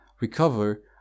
recover